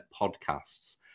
Podcasts